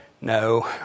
No